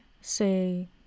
say